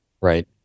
Right